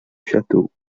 château